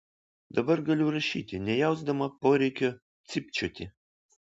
dabar galiu rašyti nejausdama poreikio cypčioti